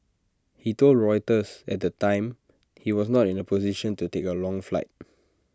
he told Reuters at the time he was not in A position to take A long flight